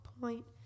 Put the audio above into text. point